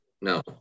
No